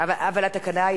שזאת תקלה טכנית,